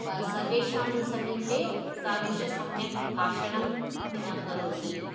सर्वेषां समीपे तादृश सम्यक् भाषणम् अपि न करोति